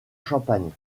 champagne